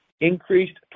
increased